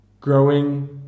Growing